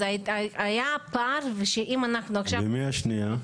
ומי השנייה?